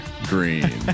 Green